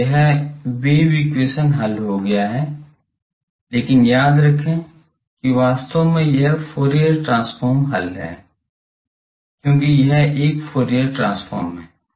तो यह wave equation हल हो गया है लेकिन याद रखें कि वास्तव में यह फूरियर ट्रांसफॉर्म हल है क्योंकि यह एक फूरियर ट्रांसफॉर्म है